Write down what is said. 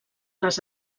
les